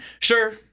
Sure